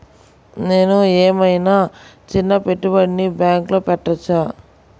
నేను ఏమయినా చిన్న పెట్టుబడిని బ్యాంక్లో పెట్టచ్చా?